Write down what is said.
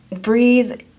breathe